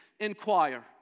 Inquire